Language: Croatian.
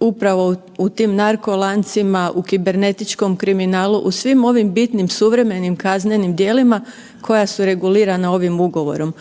upravo u tim narko lancima, u kibernetičkom kriminalu, u svim ovim bitnim suvremenim kaznenim djelima koja su regulirana ovim ugovorom.